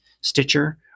Stitcher